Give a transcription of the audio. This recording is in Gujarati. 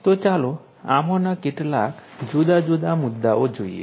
તો ચાલો આમાંના કેટલાક જુદા જુદા મુદ્દાઓ જોઈએ